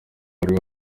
bari